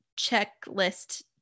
checklist